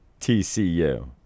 TCU